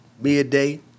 midday